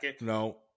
No